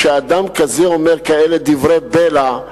כשאדם כזה אומר כאלה דברי בלע,